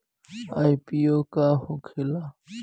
IPO का होखेला?